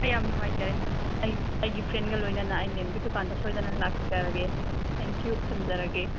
ꯍꯣꯏ ꯌꯥꯝ ꯅꯨꯡꯉꯥꯏꯖꯔꯦ ꯑꯩꯒꯤ ꯐ꯭ꯔꯦꯟꯒ ꯂꯣꯏꯅꯅ ꯑꯩ ꯃꯦꯝꯒꯤ ꯗꯨꯀꯥꯟꯗ ꯁꯣꯏꯗꯅ ꯂꯥꯛꯆꯔꯒꯦ ꯊꯦꯡꯀ꯭ꯌꯨ ꯊꯝꯖꯔꯒꯦ